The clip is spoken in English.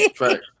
Right